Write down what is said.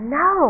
no